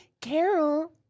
Carol